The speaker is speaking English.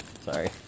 Sorry